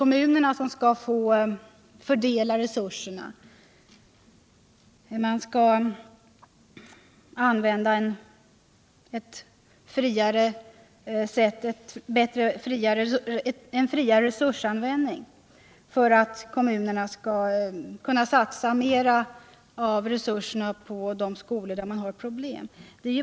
Man skall tillämpa en friare resursanvändning för att kommunerna skall kunna satsa mer av resurserna på de skolor där det finns problem.